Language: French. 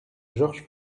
georges